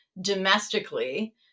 domestically